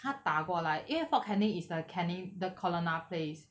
他打过来因为 fort canning is the canning the colonel place